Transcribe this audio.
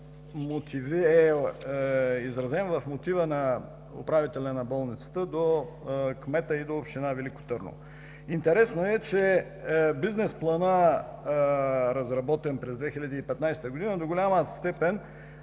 е изразен в мотива на управителя на болницата, до кмета и на община Велико Търново. Интересно е че бизнес планът, разработен през 2015 г., в голяма степен